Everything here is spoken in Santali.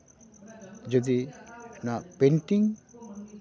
ᱡᱩᱫᱤ ᱚᱱᱟ ᱯᱮᱱᱴᱤᱝ